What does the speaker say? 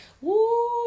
Woo